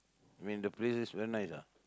mean the place is very nice ah